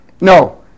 No